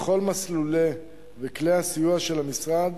בכל מסלולי הסיוע וכלי הסיוע של המשרד